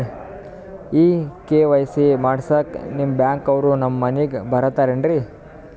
ಈ ಕೆ.ವೈ.ಸಿ ಮಾಡಸಕ್ಕ ನಿಮ ಬ್ಯಾಂಕ ಅವ್ರು ನಮ್ ಮನಿಗ ಬರತಾರೆನ್ರಿ?